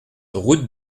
route